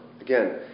Again